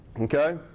okay